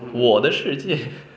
我的世界